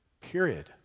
period